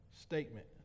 statement